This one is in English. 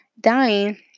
dying